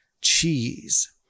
cheese